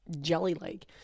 jelly-like